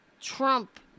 Trump